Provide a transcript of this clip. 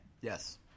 Yes